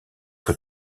que